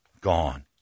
gone